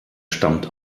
stammt